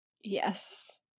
yes